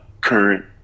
current